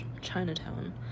Chinatown